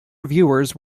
reviewers